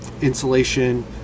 insulation